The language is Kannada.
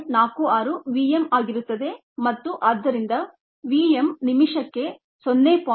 46 vm ಆಗಿರುತ್ತದೆ ಮತ್ತು ಆದ್ದರಿಂದ vm ನಿಮಿಷಕ್ಕೆ 0